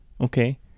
okay